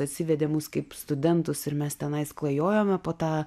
atsivedė mus kaip studentus ir mes tenais klajojome po tą